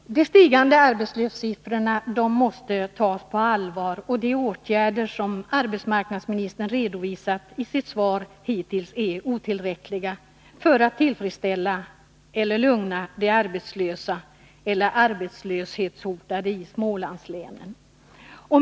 De stigande arbetslöshetssiffrorna måste tas på allvar, och de åtgärder som arbetsmarknadsministern har redovisat i sitt svar är otillräckliga för att tillfredsställa eller lugna de arbetslösa eller arbetslöshetshotade i Smålandslänen.